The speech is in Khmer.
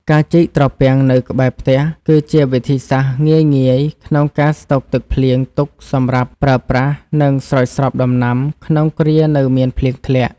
ការជីកត្រពាំងនៅក្បែរផ្ទះ គឺជាវិធីសាស្ត្រងាយៗក្នុងការស្តុកទឹកភ្លៀងទុកសម្រាប់ប្រើប្រាស់ និងស្រោចស្រពដំណាំក្នុងគ្រានៅមានភ្លៀងធ្លាក់។